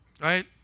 Right